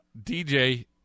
DJ